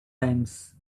times